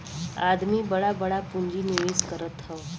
आदमी बड़ा बड़ा पुँजी निवेस करत हौ